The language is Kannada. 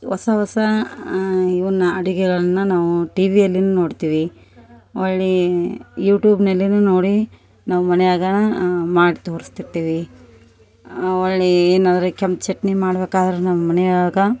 ಹೊಸ ಹೊಸ ಇವುನ್ನ ಅಡಿಗೆಗಳನ್ನ ನಾವು ಟಿವಿಯಲ್ಲಿ ನೋಡ್ತೀವಿ ಒಳ್ಳೀಯ ಯುಟೂಬ್ನಲ್ಲಿನು ನೋಡಿ ನಾವು ಮನೆಯಾಗ ಮಾಡಿ ತೋರಿಸ್ತಿರ್ತೀವಿ ಒಳ್ಳೀಯ ಏನಾರು ಕೆಂಪು ಚಟ್ನಿ ಮಾಡ್ಬೇಕಾದ್ರ ನಮ್ಮ ಮನ್ಯಾಗ